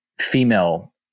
female